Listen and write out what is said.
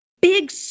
big